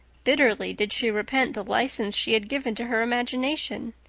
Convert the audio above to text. bitterly did she repent the license she had given to her imagination.